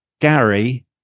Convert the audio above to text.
Gary